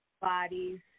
bodies